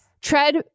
tread